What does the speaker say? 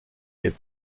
est